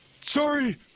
Sorry